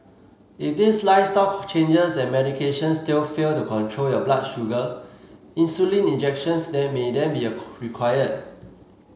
if these lifestyle changes and medication still fail to control your blood sugar insulin injections then may then be required